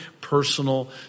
personal